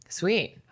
sweet